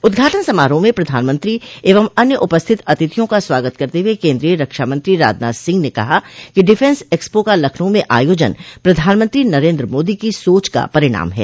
उदघाटन समारोह में प्रधानमंत्री एवं अन्य उपस्थित अतिथियों का स्वागत करते हुए केन्द्रीय रक्षामंत्री राजनाथ सिंह कहा कि डिफेंस एक्सपो का लखनऊ में आयोजन प्रधानमंत्री नरेन्द्र मोदी की सोच का परिणाम है